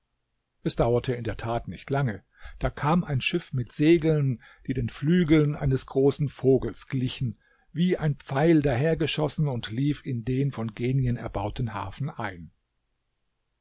es dauerte in der tat nicht lange da kam ein schiff mit segeln die den flügeln eines großen vogels glichen wie ein pfeil daher geschossen und lief in den von genien erbauten hafen ein